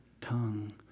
tongue